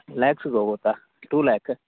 ಲ್ಯಾಕ್ಸಿಗೆ ಹೋಗುತ್ತಾ ಟು ಲ್ಯಾಕ್